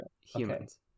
humans